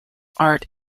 art